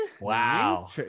Wow